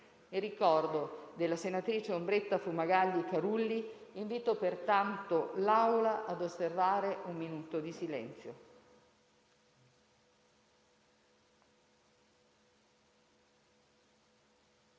In ricordo della senatrice Ombretta Fumagalli Carulli, invito pertanto l'Assemblea a osservare un minuto di silenzio.